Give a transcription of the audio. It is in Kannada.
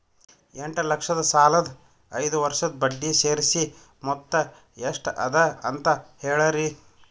ಎಂಟ ಲಕ್ಷ ಸಾಲದ ಐದು ವರ್ಷದ ಬಡ್ಡಿ ಸೇರಿಸಿ ಮೊತ್ತ ಎಷ್ಟ ಅದ ಅಂತ ಹೇಳರಿ?